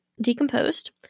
decomposed